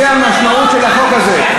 זו המשמעות של החוק הזה.